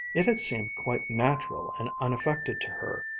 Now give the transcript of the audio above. it had seemed quite natural and unaffected to her,